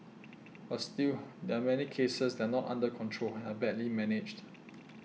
but still there are many cases that are not under control and are badly managed